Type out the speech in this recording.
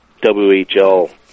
WHL